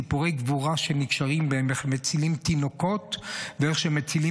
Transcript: סיפורי גבורה איך מצילים תינוקות ואיך מצילים